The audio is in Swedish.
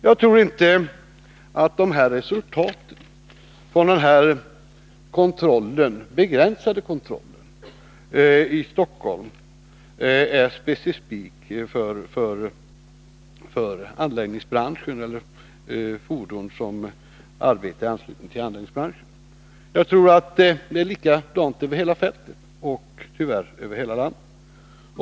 Jag tror att dessa resultat från den här begränsade kontrollen i Stockholm inte är specifika för fordon som arbetar i anslutning till anläggningsbranschen. Jag tror att det är likadant över hela fältet och tyvärr över hela landet.